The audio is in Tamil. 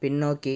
பின்னோக்கி